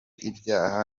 ibyaha